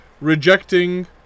rejecting